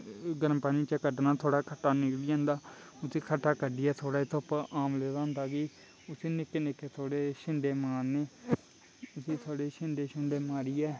गर्म पानी चा कड्ढना थोह्ड़ा खट्टा निकली जंदा उस्सी खट्टा कड्ढियै थोह्ड़ा धुप्प आमले दा होंदा कि उस्सी निक्के निक्के थोड़े छींड़े मारने उस्सी थोड़े छींड़ै छुंड़े मारियै